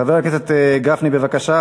חבר הכנסת גפני, בבקשה.